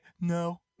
No